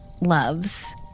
loves